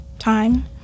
time